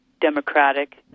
democratic